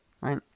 right